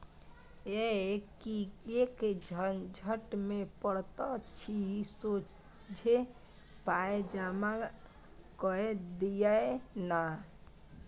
यौ किएक झंझट मे पड़ैत छी सोझे पाय जमा कए दियौ न